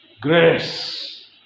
grace